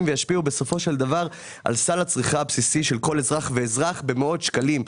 וישפיע בסופו של דבר על סל הצריכה הבסיסי של כל אזרח ואזרח במאות שקלים.